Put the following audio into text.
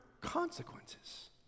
consequences